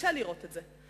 קשה לראות את זה.